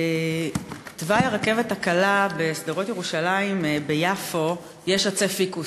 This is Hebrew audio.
בתוואי הרכבת הקלה בשדרות-ירושלים ביפו יש עצי פיקוס,